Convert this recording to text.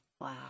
Wow